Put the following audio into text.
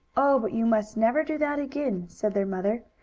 oh, but you must never do that again! said their mother.